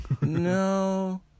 No